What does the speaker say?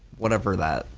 whatever that,